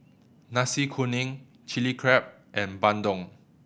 Nasi Kuning Chili Crab and bandung